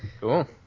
Cool